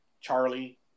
Charlie